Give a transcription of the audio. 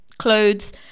clothes